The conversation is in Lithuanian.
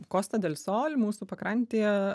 kosta del sol mūsų pakrantėje